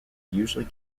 usually